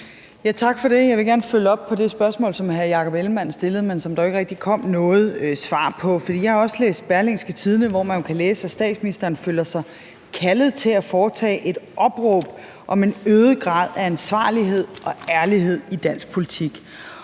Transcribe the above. Tak for det. Jeg vil gerne følge op på det spørgsmål, som hr. Jakob Ellemann-Jensen stillede, men som der jo ikke rigtig kom noget svar på. For jeg har også læst Berlingske, hvor man jo kan læse, at statsministeren føler sig kaldet til at foretage et opråb om en øget grad af ansvarlighed og ærlighed i dansk politik.